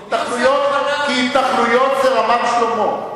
כי התנחלויות זה רמת-שלמה,